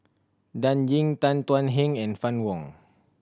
Dan Ying Tan Thuan Heng and Fann Wong